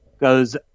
goes